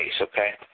okay